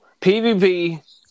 PvP